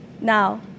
Now